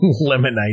Lemonade